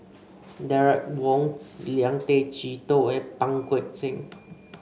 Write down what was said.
Derek Wong Zi Liang Tay Chee Toh and Pang Guek Cheng